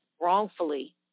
wrongfully